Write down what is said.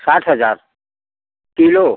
साठ हज़ार किलो